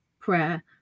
prayer